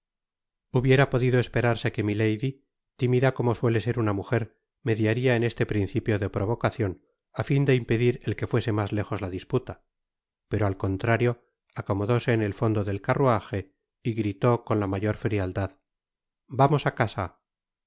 hubiera podido esperarse que milady timida como suele ser una mujer mediaria en este principio de provocacion á fin de impedir el que fuese mas lójos la disputa pero al contrario acomodóse en el fondo del carruaje y gritó con la mayor frialdad vamos á casa